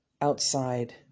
outside